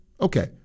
Okay